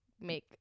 make